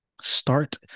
start